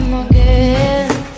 again